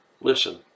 listen